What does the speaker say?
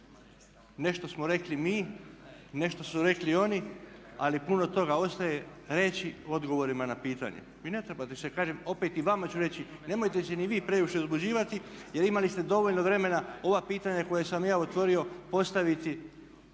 nešto smo rekli mi, nešto su rekli oni, ali puno toga ostaje reći odgovorima na pitanje. I ne trebate se kažem opet i vama ću reći nemojte se ni vi previše uzbuđivati jer imali ste dovoljno vremena ova pitanja koja sam ja otvorio postaviti